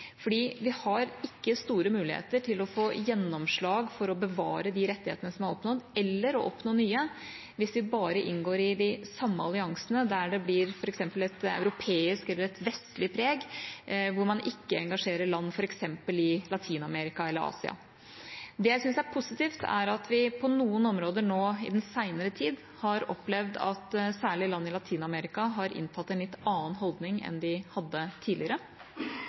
vi har ikke store muligheter til å få gjennomslag for å bevare de rettighetene som er oppnådd, eller å oppnå nye, hvis vi bare inngår i de samme alliansene der det blir f.eks. et europeisk eller et vestlig preg, hvor man ikke engasjerer land i f.eks. Latin-Amerika eller Asia. Det jeg syns er positivt, er at vi på noen områder nå i den senere tid har opplevd at særlig land i Latin-Amerika har inntatt en litt annen holdning enn de hadde tidligere.